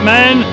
Man